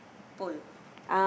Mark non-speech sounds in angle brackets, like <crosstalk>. pole <laughs>